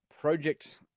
project